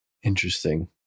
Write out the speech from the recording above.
Interesting